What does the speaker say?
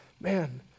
Man